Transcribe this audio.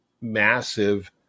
massive